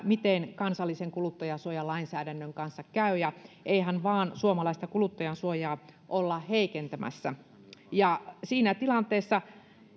miten kansallisen kuluttajansuojalainsäädännön kanssa käy ja eihän vaan suomalaista kuluttajansuojaa olla heikentämässä siinä tilanteessa haluttiin